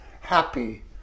happy